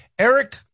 Eric